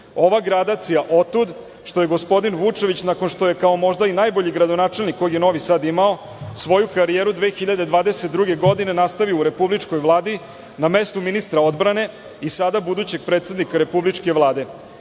gradacija otud što je gospodin Vučević, nakon što je kao možda i najbolji gradonačelnik kog je Novi Sad imao, svoju karijeru 2022. godine nastavio u Republičkoj vladi na mestu ministra odbrane i sada budućeg predsednika Republičke vlade.